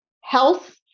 health